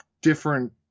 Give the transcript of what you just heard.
different